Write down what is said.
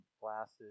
glasses